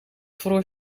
vroor